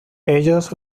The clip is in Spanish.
ellos